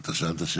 אתה שאלת שאלה.